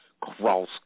Cross